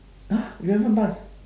!huh! you haven't pass